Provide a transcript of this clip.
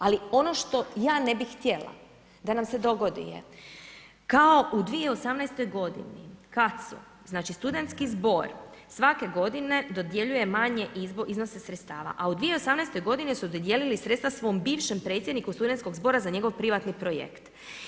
Ali ono što ja ne bih htjela da nam se dogodi je, kao u 2018. godini kada su, znači studentski zbor svake godine dodjeljuje manje iznose sredstava a u 2018. godini su dodijelili sredstva svom bivšem predsjedniku studentskog zbora za njegov privatni projekt.